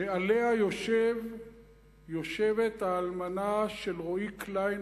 שעליה יושבת האלמנה של רועי קליין,